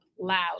loud